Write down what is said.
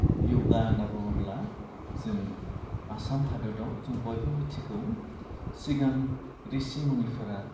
य'गा होनानै बुङोबोला जों आसाम हादोराव जों बयबो मिथिगौ सिगां ऋषि मुनिफोरा